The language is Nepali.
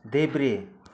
देब्रे